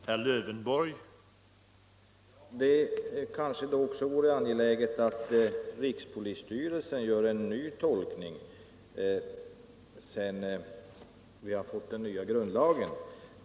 Herr talman! Det kanske då också vore angeläget att rikspolisstyrelsen gör en ny tolkning, sedan vi har fått den nya grundlagen.